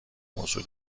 موضوع